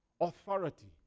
Authority